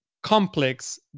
complex